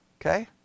Okay